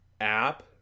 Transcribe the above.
app